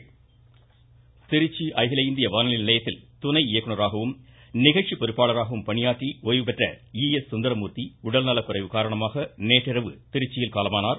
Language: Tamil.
மறைவு திருச்சி அகில இந்திய வானொலி நிலையத்தில் துணை இயக்குநராகவும் நிகழ்ச்சி பொறுப்பாளராகவும் பணியாற்றி உடல்நலக்குறைவு காரணமாக நேற்றிரவு திருச்சியில் காலமானார்